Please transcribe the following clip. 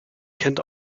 kennt